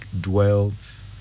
dwelt